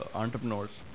entrepreneurs